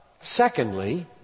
Secondly